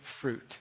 fruit